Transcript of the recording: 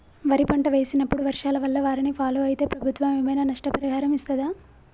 వరి పంట వేసినప్పుడు వర్షాల వల్ల వారిని ఫాలో అయితే ప్రభుత్వం ఏమైనా నష్టపరిహారం ఇస్తదా?